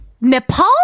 Nepal